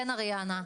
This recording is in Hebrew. כן אריאנה,